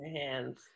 Hands